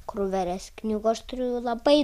krūveles knygų aš turiu labai